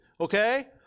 okay